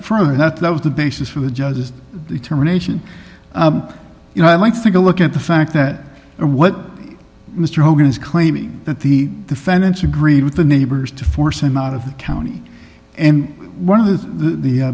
further that that was the basis for the judge's determination you know i'd like to go look at the fact that what mr hogan is claiming that the defendants agree with the neighbors to force him out of the county and one of the